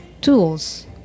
tools